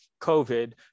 COVID